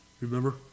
Remember